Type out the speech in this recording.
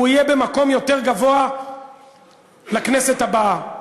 הוא יהיה במקום יותר גבוה לכנסת הבאה.